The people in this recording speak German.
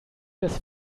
das